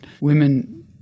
women